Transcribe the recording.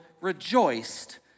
rejoiced